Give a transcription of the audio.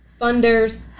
funders